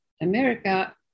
America